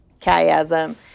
chiasm